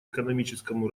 экономическому